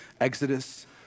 Exodus